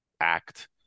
act